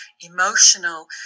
emotional